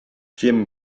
jim